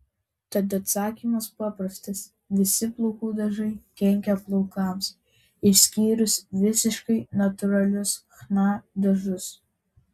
tad atsakymas paprastas visi plaukų dažai kenkia plaukams išskyrus visiškai natūralius chna dažus